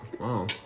Wow